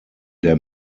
der